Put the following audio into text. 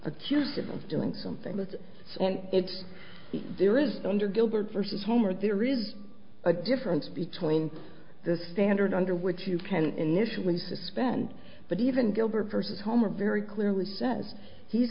accused him of doing something with and it's there is under gilbert versus homer there is a difference between the standard under which you can initially suspend but even gilbert versus homer very clearly says he's